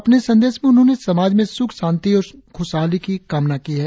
अपने संदेश में उन्होंने समाज में सुख शांति और खुशहाली की कामना की है